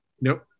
Nope